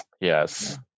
Yes